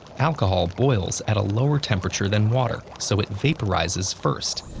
alcohol boils at a lower temperature than water, so it vaporizes first.